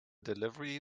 delivery